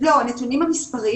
לא, הנתונים המספריים?